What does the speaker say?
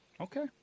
okay